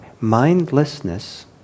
mindlessness